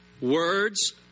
Words